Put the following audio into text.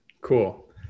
Cool